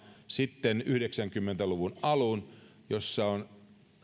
sitten yhdeksänkymmentä luvun alun hallitus ja hallitusohjelma jossa on